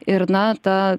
ir na ta